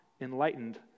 enlightened